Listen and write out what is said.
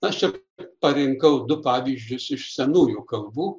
aš čia parinkau du pavyzdžius iš senųjų kalbų